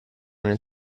nel